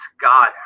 God